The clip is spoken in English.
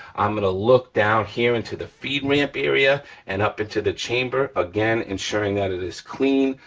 i'm gonna look down here into the feed ramp area and up into the chamber, again ensuring that it is clean,